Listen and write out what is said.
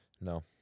No